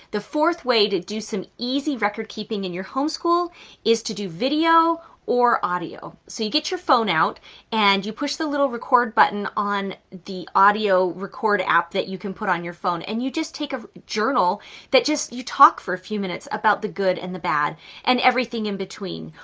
the fourth way to do some easy record keeping in your homeschool is to do video or audio. so you get your phone out and you push the little record button on the audio record app that you can put on your phone and you just take a journal you just talk for a few minutes about the good and the bad and everything in between.